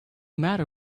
matter